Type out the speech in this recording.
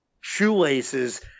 shoelaces